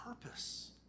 purpose